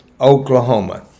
Oklahoma